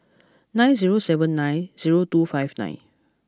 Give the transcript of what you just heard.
nine zero seven nine zero two five nine